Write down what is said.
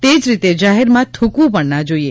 તે જ રીતે જાહેરમાં થુંકવું પણ ના જોઈએ